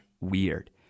weird